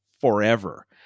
forever